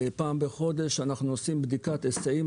פעם בחודש אנחנו עושים בדיקת היסעים